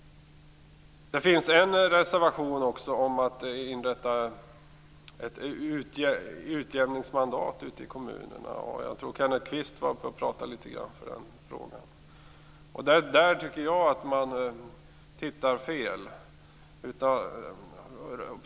Det finns också en reservation om att inrätta utjämningsmandat ute i kommunerna. Jag tror att Kenneth Kvist var uppe och pratade litet grand för den saken. Jag tycker att man ser det här på fel sätt.